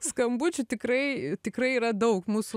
skambučių tikrai tikrai yra daug mūsų